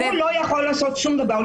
הוא לא יכול לעשות שום דבר,